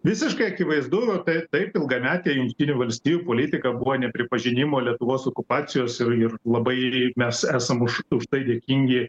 visiškai akivaizdu tai taip ilgametė jungtinių valstijų politika buvo ne pripažinimo lietuvos okupacijos ir ir labai mes esam už už tai dėkingi